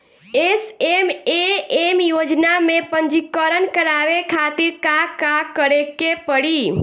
SMAM योजना में पंजीकरण करावे खातिर का का करे के पड़ी?